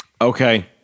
Okay